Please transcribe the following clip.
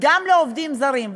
גם לעובדים זרים,